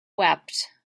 wept